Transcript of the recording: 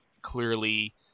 clearly